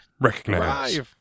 Recognize